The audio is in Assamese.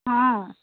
অঁ